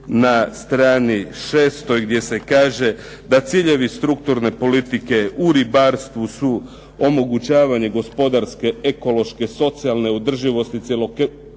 na strani šestoj, gdje se kaže da ciljevi strukturne politike u ribarstvu su omogućavali gospodarske, ekološke, socijalne održivosti cjelokupnog